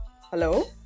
hello